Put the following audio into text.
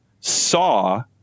saw